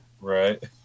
Right